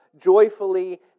joyfully